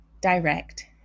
direct